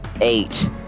eight